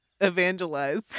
Evangelize